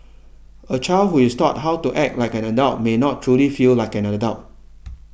a child who is taught how to act like an adult may not truly feel like an adult